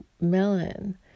melon